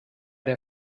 der